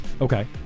Okay